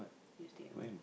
you stay at home